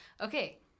okay